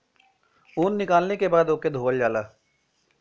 ऊन निकलले के बाद ओके धोवल जाला